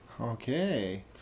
Okay